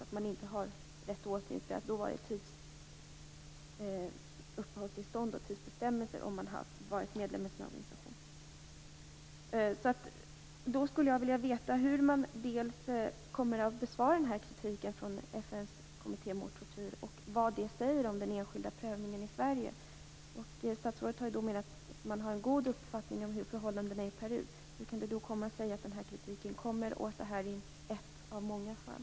Man har inte rätt tillämpat uppehållstillstånd och tidsbestämmelser för den som har varit medlem i en sådan här organisation. Jag skulle vilja veta dels hur man kommer att besvara kritiken från FN:s kommitté mot tortyr, dels vad det säger om den enskilda prövningen i Sverige. Statsrådet har menat att man har en god uppfattning om förhållandena i Peru. Hur kan det då komma sig att den här kritiken kommer och att det här är ett av många fall?